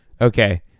Okay